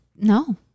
no